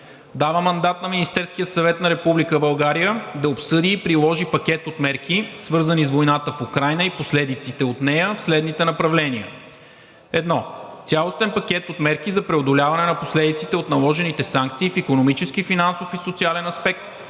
Дава мандат на Министерския съвет на Република България да обсъди и приложи пакет от мерки, свързани с войната в Украйна и последиците от нея, в следните направления: 1. Цялостен пакет от мерки за преодоляване на последиците от наложените санкции в икономически, финансов и социален аспект,